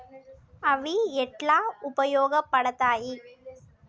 అవి ఎట్లా ఉపయోగ పడతాయి?